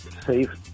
safe